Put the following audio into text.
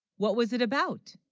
what was it about?